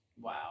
Wow